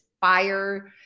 fire